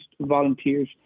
volunteers